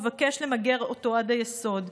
מבקש למגר אותו עד היסוד,